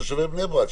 על תושבי בני ברק,